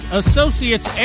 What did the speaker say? associates